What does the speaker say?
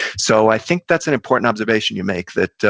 so i think that's an important observation you make that,